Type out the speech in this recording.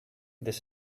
this